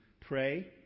pray